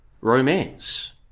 romance